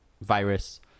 virus